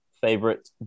favorite